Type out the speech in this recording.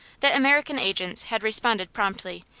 the american agents had responded promptly,